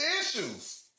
issues